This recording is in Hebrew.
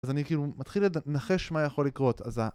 אז אני כאילו מתחיל לנחש מה יכול לקרות. אז ה...